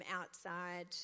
outside